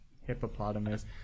Hippopotamus